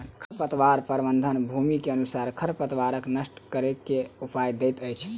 खरपतवार प्रबंधन, भूमि के अनुसारे खरपतवार नष्ट करै के उपाय दैत अछि